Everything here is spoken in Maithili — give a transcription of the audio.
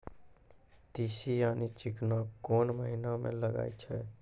तीसी यानि चिकना कोन महिना म लगाय छै?